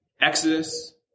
Exodus